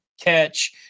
catch